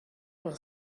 will